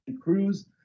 Cruz